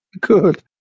Good